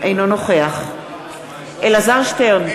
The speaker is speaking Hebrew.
אינו נוכח אלעזר שטרן,